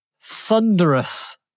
Thunderous